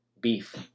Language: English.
beef